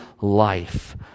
life